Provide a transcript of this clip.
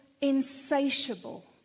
insatiable